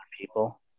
people